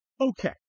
Okay